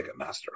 Ticketmaster